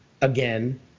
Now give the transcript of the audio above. again